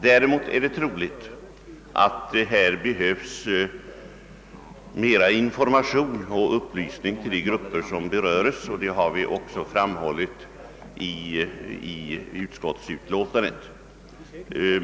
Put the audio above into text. Däremot är det troligt att här behövs mer information till de grupper som berörs, och det har vi också framhållit i utlåtandet.